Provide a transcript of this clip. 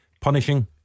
punishing